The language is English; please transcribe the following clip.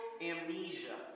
amnesia